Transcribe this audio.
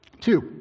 Two